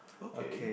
okay